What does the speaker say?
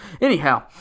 Anyhow